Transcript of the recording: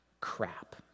crap